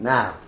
Now